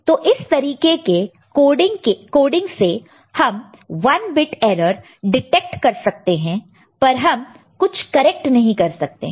तो इस तरीके के कोडिंग से हम 1 बिट एरर डिटेक्ट कर सकते हैं पर हम कुछ करेक्ट नहीं कर सकते है